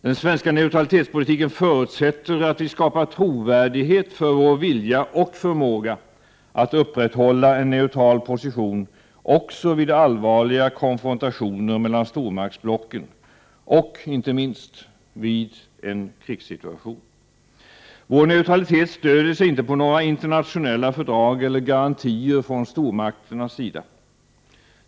Den svenska neutralitetspolitiken förutsätter att vi skapar trovärdighet för vår vilja och förmåga att upprätthålla en neutral position också vid allvarliga konfrontationer mellan stormaktsblocken och, inte minst, vid en krigssituation. Vår neutralitet stödjer sig inte på några internationella fördrag eller garantier från stormakternas sida.